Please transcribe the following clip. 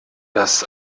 dass